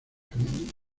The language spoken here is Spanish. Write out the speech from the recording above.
femenino